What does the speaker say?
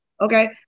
okay